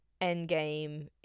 Endgame